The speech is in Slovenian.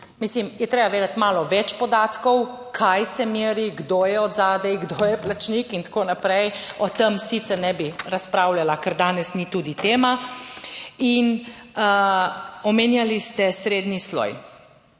Mislim, je treba vedeti malo več podatkov, kaj se meri, kdo je od zadaj, kdo je plačnik in tako naprej, o tem sicer ne bi razpravljala, ker danes ni tudi tema. In omenjali ste srednji sloj